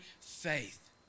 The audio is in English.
faith